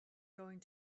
going